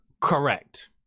Correct